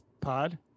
Pod